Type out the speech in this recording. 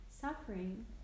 suffering